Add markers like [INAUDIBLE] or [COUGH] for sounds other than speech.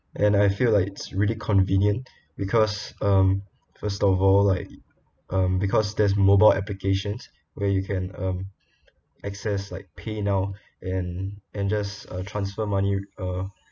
and I feel like it's really convenient [BREATH] because um first of all like um because there's mobile application where you can have um [NOISE] access like paynow [BREATH] and and just uh transfer money with a